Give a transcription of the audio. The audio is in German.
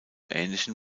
ähnlichen